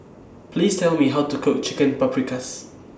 Please Tell Me How to Cook Chicken Paprikas